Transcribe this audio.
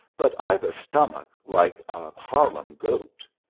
but i've a stomach like a harlem goat.